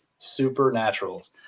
Supernaturals